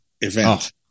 event